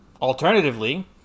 alternatively